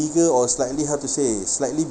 bigger or slightly how to say slightly